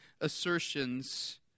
assertions